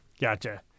Gotcha